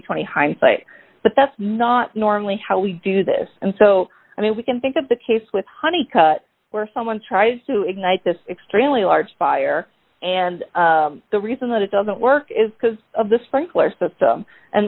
twenty hindsight but that's not normally how we do this and so i mean we can think of the case with honey cut where someone tries to ignite this extremely large fire and the reason that it doesn't work is because of the sprinkler system and